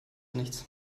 nichts